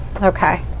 Okay